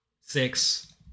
six